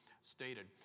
stated